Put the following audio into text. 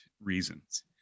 reasons